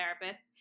therapist